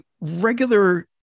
regular